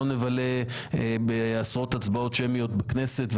לא נבלה בעשרות הצבעות שמיות בכנסת.